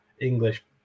English